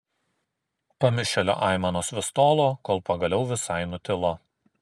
pamišėlio aimanos vis tolo kol pagaliau visai nutilo